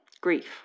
grief